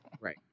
Right